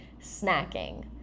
snacking